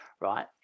right